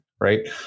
right